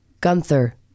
Gunther